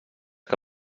que